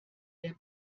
der